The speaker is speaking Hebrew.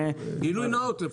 גילוי נאות לפחות.